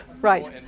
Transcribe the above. Right